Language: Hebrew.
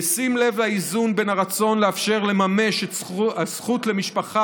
בשים לב לאיזון בין הרצון לאפשר לממש את הזכות למשפחה